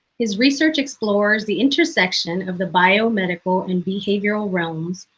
his research explores the intersection of the biomedical and behavioral realms,